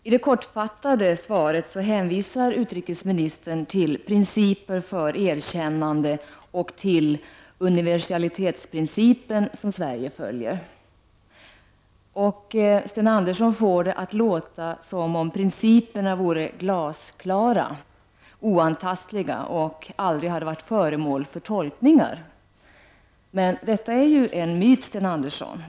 I det kortfattade svaret hänvisar utrikesministern till principer för erkännande och till universalitetsprincipen som Sverige följer. Sten Andersson får det att låta som om principerna vore glasklara, oantastliga och aldrig hade varit föremål för tolkningar. Men detta är en myt, Sten Andersson.